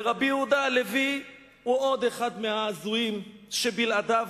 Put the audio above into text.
ורבי יהודה הלוי הוא עוד אחד מההזויים שבלעדיו,